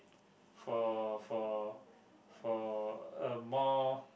for for for a more